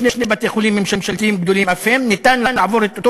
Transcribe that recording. שני בתי-חולים ממשלתיים גדולים אף הם,